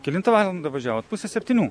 kelintą valandą važiavot pusę septynių